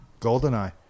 Goldeneye